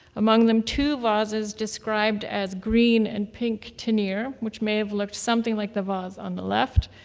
among them two vases described as green and pink tenir, which may have looked something like the vase on the left,